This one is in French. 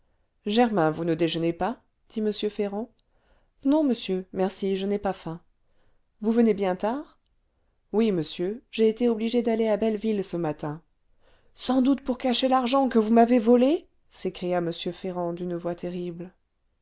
germain vous ne déjeunez pas dit m ferrand non monsieur merci je n'ai pas faim vous venez bien tard oui monsieur j'ai été obligé d'aller à belleville ce matin sans doute pour cacher l'argent que vous m'avez volé s'écria m ferrand d'une voix terrible